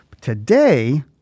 Today